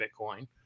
Bitcoin